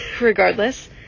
regardless